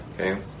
Okay